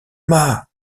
mât